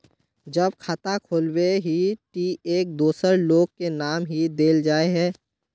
जब खाता खोलबे ही टी एक दोसर लोग के नाम की देल जाए है?